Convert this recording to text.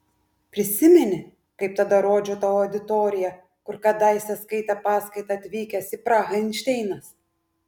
prisimeni kaip tada rodžiau tau auditoriją kur kadaise skaitė paskaitą atvykęs į prahą einšteinas